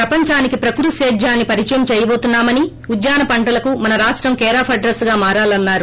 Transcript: ప్రపంచానికి ప్రకృతి సేద్యాన్ని పరిచయం చేయబోతున్నామని ఉద్యాన పంటలకు మన రాష్టం కేరాఫ్ అడ్రస్గా మారాలన్నారు